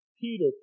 Peter